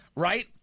Right